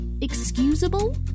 excusable